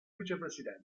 vicepresidente